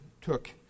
took